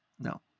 no